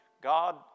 God